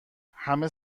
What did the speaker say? همه